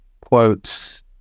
quotes